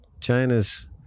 china's